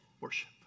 worship